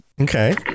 okay